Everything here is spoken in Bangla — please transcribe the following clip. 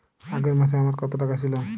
আগের মাসে আমার কত টাকা ছিল?